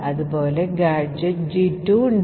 അതുപോലെ ഒരു gadget G2 ഉണ്ട്